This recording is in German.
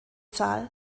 zahl